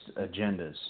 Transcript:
agendas